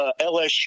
LSU